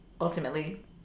ultimately